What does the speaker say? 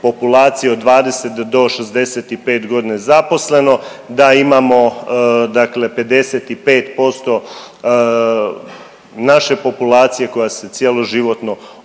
populacije od 20 do 65 godina zaposleno, da imamo dakle 55% naše populacije koja se cjeloživotno obrazuje